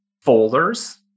folders